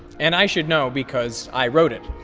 and i should know because i wrote it.